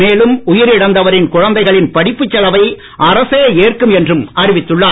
மேலும் உயிரிழந்தவரின் குழந்தைகளின் படிப்புச் செலவை அரசே ஏற்கும் என்றும் அறிவித்துள்ளார்